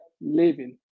living